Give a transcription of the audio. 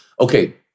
Okay